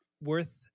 worth